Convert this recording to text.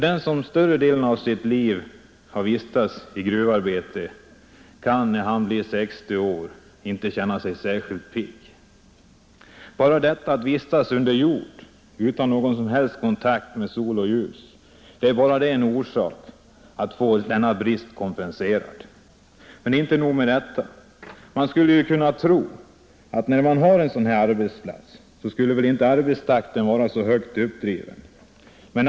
Den som större delen av sitt liv har vistats i gruvarbete kan, när han blir 60 år, inte känna sig särskilt pigg. Bara detta att vistas under jord utan någon som helst kontakt med sol och ljus är en orsak att få bristen kompenserad. Men inte nog med detta. Man skulle ju kunna tro att när man har en sådan här arbetsplats skulle inte arbetstakten vara så högt uppdriven.